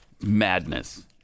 Madness